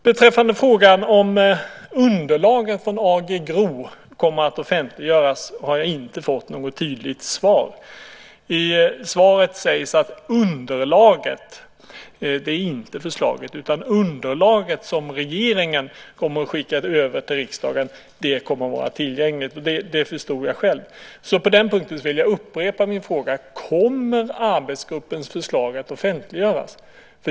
Beträffande frågan om underlaget från AG GRO kommer att offentliggöras har jag inte fått något tydligt svar. I svaret sägs att underlaget - inte förslaget utan underlaget - som regeringen kommer att skicka över till riksdagen kommer att vara tillgängligt. Det förstod jag själv. På den punkten vill jag upprepa min fråga: Kommer arbetsgruppens förslag att offentliggöras?